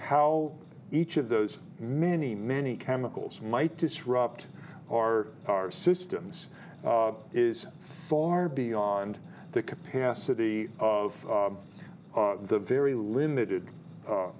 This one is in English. how each of those many many chemicals might disrupt our our systems is far beyond the capacity of the very limited